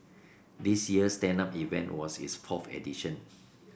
this year's stand up event was its fourth edition